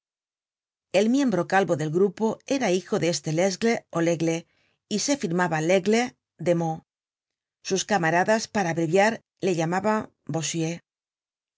el miembro calvo del grupo era hijo de este lesgle ó legle y se firmaba legle sus camaradas para abreviar le llamaban bossuet